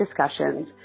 discussions